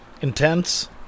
Intense